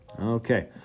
Okay